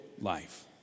life